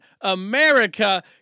America